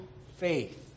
faith